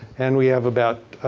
and we have about